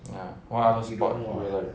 !wah! what other sport do you like